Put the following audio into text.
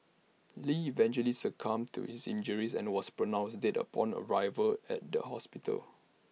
lee eventually succumbed to his injuries and was pronounced dead upon arrival at the hospital